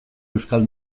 euskal